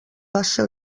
passa